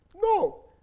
No